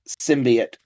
symbiote